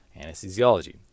anesthesiology